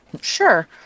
Sure